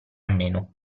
meno